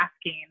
asking